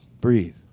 Breathe